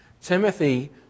Timothy